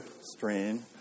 strain